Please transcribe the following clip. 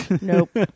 nope